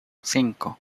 cinco